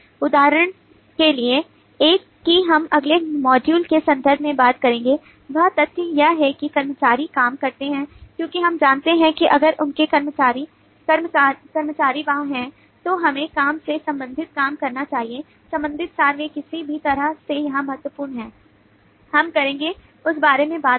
उदाहरण के लिए एक कि हम अगले मॉड्यूल के संदर्भ में बात करेंगे वह तथ्य यह है कि कर्मचारी काम करते हैं क्योंकि हम जानते हैं कि अगर उनके कर्मचारी वहां हैं तो हमें काम से संबंधित काम करना चाहिए संबंधित सार वे किसी भी तरह से यहां महत्वपूर्ण हैं हम करेंगे उस बारे में बात करो